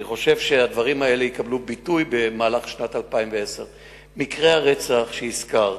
ואני חושב שהדברים האלה יקבלו ביטוי במהלך שנת 2010. מקרה הרצח שהזכרת,